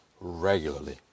regularly